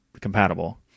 compatible